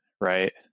Right